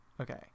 Okay